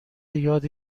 یاد